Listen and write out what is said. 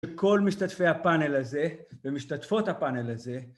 לכל משתתפי הפאנל הזה, ומשתתפות הפאנל הזה,